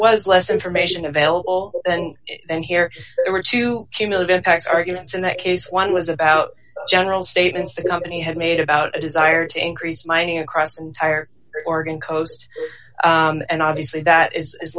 was less information available and and here were two cumulative effects arguments in that case one was about general statements the company had made about a desire to increase mining across the entire organ coast and obviously that is